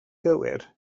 gywir